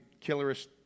killerest